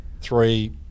three